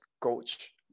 coach